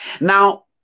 Now